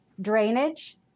drainage